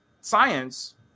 science